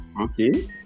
Okay